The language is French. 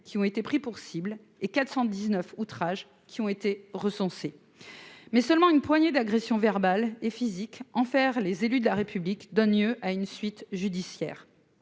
qui ont été pris pour cibles et 419 outrages qui ont été recensés. Or seule une poignée d'agressions verbales et physiques envers les élus de la République connaissent des suites judiciaires